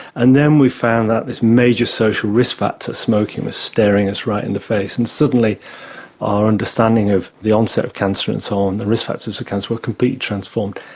and then we found that this major social risk factor, smoking, was staring us right in the face, and suddenly our understanding of the onset of cancer and so on, the risk factors of cancer, were completely transformed.